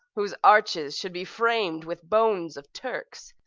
whose arches should be fram'd with bones of turks,